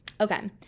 okay